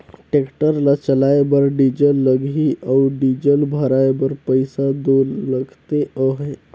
tractor ल चलाए बर डीजल लगही अउ डीजल भराए बर पइसा दो लगते अहे